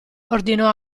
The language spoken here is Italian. ordinò